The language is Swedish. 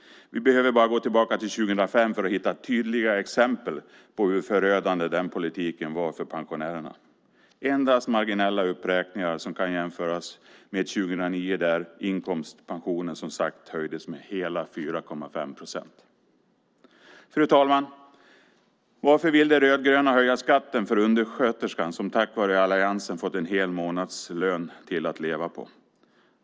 Vi behöver bara gå tillbaka till 2005 för att hitta tydliga exempel på hur förödande den politiken var för pensionärerna. Det var endast marginella uppräkningar som kan jämföras med 2009 då inkomstpensionen, som sagt, höjdes med hela 4,5 procent. Fru talman! Varför vill de rödgröna höja skatten för undersköterskan som tack vare alliansen fått en hel månadslön till att leva på?